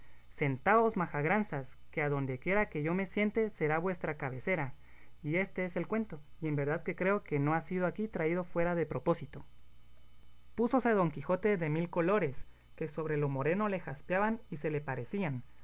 diciéndole sentaos majagranzas que adondequiera que yo me siente será vuestra cabecera y éste es el cuento y en verdad que creo que no ha sido aquí traído fuera de propósito púsose don quijote de mil colores que sobre lo moreno le jaspeaban y se le parecían